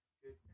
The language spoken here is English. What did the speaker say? good